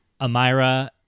Amira